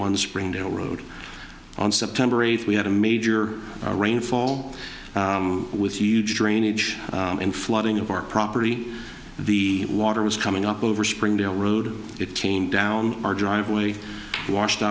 one springdale road on september eighth we had a major rainfall with huge drainage and flooding of our property the water was coming up over springdale road it came down our driveway washed